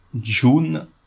June